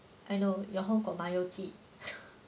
I know your home got 麻油鸡